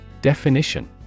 Definition